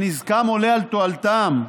שנזקם עולה על תועלתם,